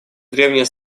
древняя